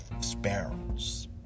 sparrows